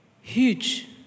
Huge